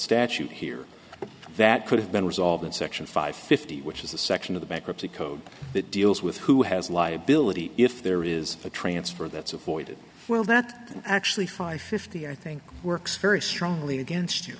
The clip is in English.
statute here that could have been resolved in section five fifty which is the section of the bankruptcy code that deals with who has liability if there is a transfer that's avoided well that actually five fifty i think works very strongly against you